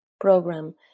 program